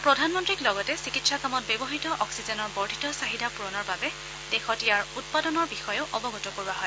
প্ৰধানমন্ত্ৰীক লগতে চিকিৎসা কামত ব্যৱহাত অক্সিজেনৰ বৰ্দ্ধিত চাহিদা পূৰণৰ বাবে দেশত ইয়াৰ উৎপাদনৰ বিষয়েও অৱগত কৰোৱা হয়